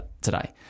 today